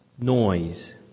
noise